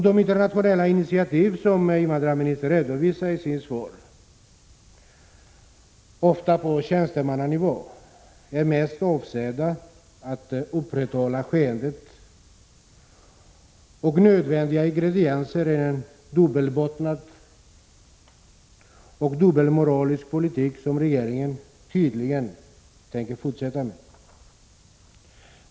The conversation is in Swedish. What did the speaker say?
De internationella initiativ som invandrarministern redovisar i sitt svar, ofta på tjänstemannanivå, är mest avsedda att upprätthålla skenet. Nödvändiga ingredienser är en dubbelbottnad och ”dubbelmoralisk” politik, som regeringen tydligen tänker fortsätta att använda.